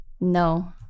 No